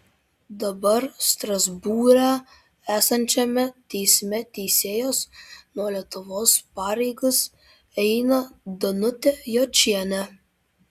dabar strasbūre esančiame teisme teisėjos nuo lietuvos pareigas eina danutė jočienė